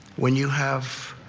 when you have